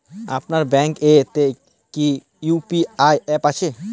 আপনার ব্যাঙ্ক এ তে কি ইউ.পি.আই অ্যাপ আছে?